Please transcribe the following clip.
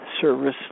service